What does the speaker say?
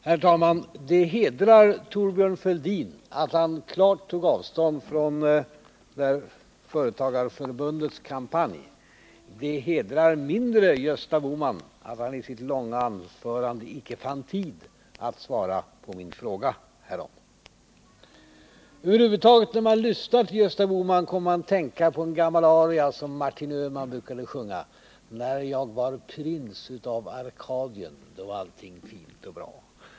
Herr talman! Det hedrar Thorbjörn Fälldin att han klart tog avstånd från Svenska företagares riksförbunds kampanj. Det hedrar mindre Gösta Bohman att han i sitt långa anförande icke fann tid att svara på min fråga härom. Över huvud taget kommer man när man lyssnar till Gösta Bohman att tänka på en gammal aria, som Martin Öhman brukade sjunga: ” När jag var prins utav Arkadien” — då var allting väldigt bra.